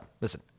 listen